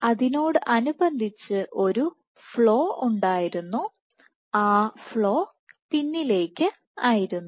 അതിനോട് അനുബന്ധിച്ച് ഒരു ഫ്ലോ ഉണ്ടായിരുന്നു ആ ഫ്ലോ പിന്നിലേക്ക് ആയിരുന്നു